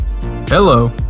Hello